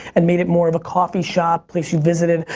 and made it more of a coffee shop, place you visited,